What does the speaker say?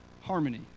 harmony